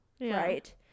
Right